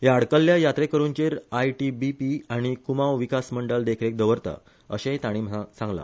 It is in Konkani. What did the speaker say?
ह्या आडकल्ठया यात्रेकरुंचेर आयटीबीपी आनी कुमाव विकास मंडळ देखरेख दवरता अशेय ताणी सांगला